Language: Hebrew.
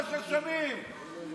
תקבל מינוי בממשלה לצעוק ברשות ובסמכות.